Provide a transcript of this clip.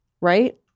right